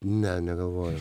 ne negalvoju